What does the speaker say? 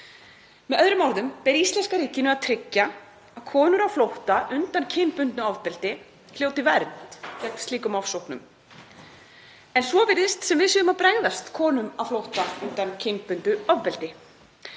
Með öðrum orðum ber íslenska ríkinu að tryggja að konur á flótta undan kynbundnu ofbeldi hljóti vernd gegn slíkum ofsóknum. En svo virðist sem við séum að bregðast konum á flótta undan kynbundnu ofbeldi.